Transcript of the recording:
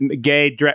gay